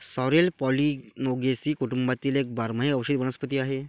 sorrel Polygonaceae कुटुंबातील एक बारमाही औषधी वनस्पती आहे